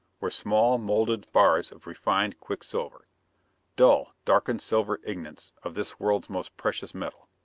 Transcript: were small moulded bars of refined quicksilver dull, darkened silver ingots of this world's most precious metal.